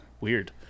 Weird